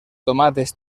tomates